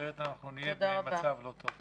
אחרת אנחנו נהיה במצב לא טוב.